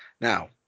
Now